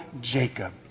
Jacob